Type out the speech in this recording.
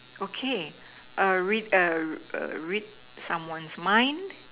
okay read read someone's mind